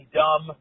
dumb